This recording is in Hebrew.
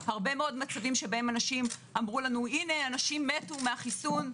הרבה מאוד מצבים שבהם אנשים אמרו לנו: אנשים מתו מהחיסון.